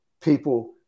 people